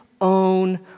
own